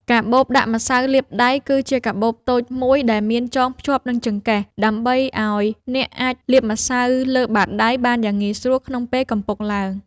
កាបូបដាក់ម្សៅលាបដៃ គឺជាកាបូបតូចមួយដែលចងភ្ជាប់នឹងចង្កេះ ដើម្បីឱ្យអ្នកអាចលាបម្សៅលើបាតដៃបានយ៉ាងងាយស្រួលក្នុងពេលកំពុងឡើង។